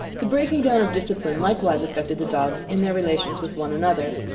the breaking down of discipline likewise affected the dogs in their relations with one another.